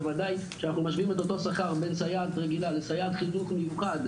בוודאי כשאנחנו משווים את אותו שכר בין סייעת רגילה לסייעת חינוך מיוחד,